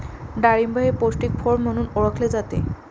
डाळिंब हे पौष्टिक फळ म्हणून ओळखले जाते